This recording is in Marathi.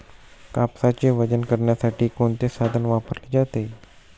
कापसाचे वजन करण्यासाठी कोणते साधन वापरले जाते?